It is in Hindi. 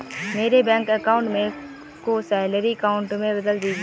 मेरे बैंक अकाउंट को सैलरी अकाउंट में बदल दीजिए